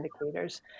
indicators